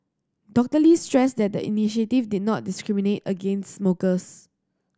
Doctor Lee stressed that the initiative did not discriminate against smokers